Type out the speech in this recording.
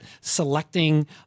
selecting